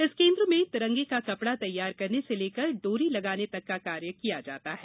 इस केन्द्र में तिरंगे का कपड़ा तैयार करने से लेकर डोरी लगाने तक का कार्य किया जाता है